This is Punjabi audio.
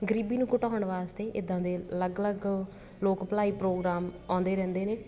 ਗਰੀਬੀ ਨੂੰ ਘਟਾਉਣ ਵਾਸਤੇ ਇੱਦਾਂ ਦੇ ਅਲੱਗ ਅਲੱਗ ਲੋਕ ਭਲਾਈ ਪ੍ਰੋਗਰਾਮ ਆਉਂਦੇ ਰਹਿੰਦੇ ਨੇ